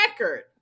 record